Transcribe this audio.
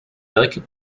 werke